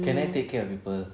can I take care of people